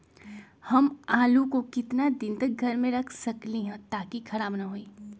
हम आलु को कितना दिन तक घर मे रख सकली ह ताकि खराब न होई?